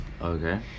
Okay